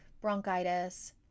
bronchitis